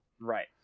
Right